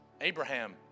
Abraham